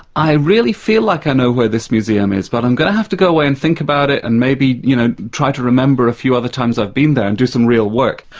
i really feel like i know where this museum is, but i'm going to have to go away and think about it and maybe, you know, try to remember a few other times i've been there and do some real work.